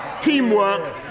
teamwork